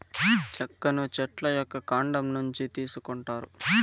చెక్కను చెట్ల యొక్క కాండం నుంచి తీసుకొంటారు